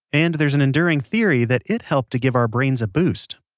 and there's an enduring theory that it helped to give our brains a boost